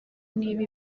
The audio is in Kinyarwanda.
niba